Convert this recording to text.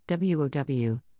WOW